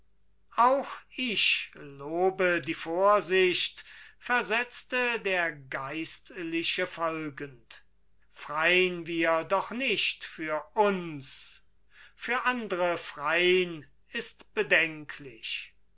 auch ich lobe die vorsicht versetzte der geistliche folgend frein wir doch nicht für uns für andere frein ist bedenklich